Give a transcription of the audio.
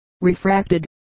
refracted